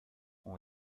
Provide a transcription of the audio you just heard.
ont